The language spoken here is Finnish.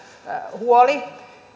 huoli